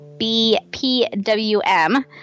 B-P-W-M